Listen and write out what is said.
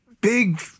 big